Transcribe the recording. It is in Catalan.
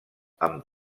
amb